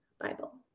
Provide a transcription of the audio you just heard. bible